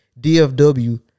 DFW